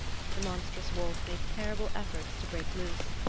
the monstrous wolf made terrible efforts to break loose,